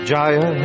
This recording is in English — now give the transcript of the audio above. Jaya